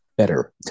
better